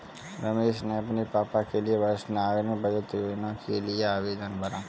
रमेश ने अपने पापा के लिए वरिष्ठ नागरिक बचत योजना के लिए आवेदन भरा